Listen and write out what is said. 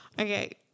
Okay